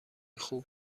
خوب